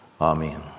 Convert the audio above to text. Amen